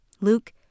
Luke